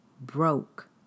broke